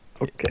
Okay